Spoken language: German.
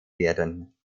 werden